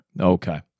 Okay